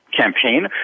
campaign